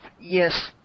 Yes